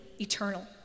eternal